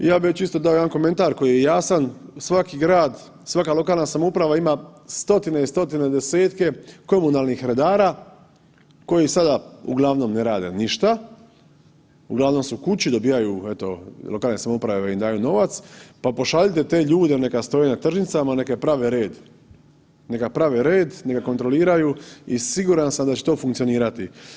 Ja bi ovdje čisto dao jedan komentar koji je jasan svaki grad, svaka lokalna samouprava ima stotine i stotine desetke komunalnih redara koji sada uglavnom ne rade ništa, uglavnom su kući, dobijaju eto lokalne samouprave im daju novac, pa pošaljite te ljude neka stoje na tržnicama, neka prave red, neka prave red neka kontroliraju i siguran sam da će to funkcionirati.